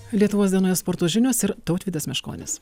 lietuvos dienoje sporto žinios ir tautvydas meškonis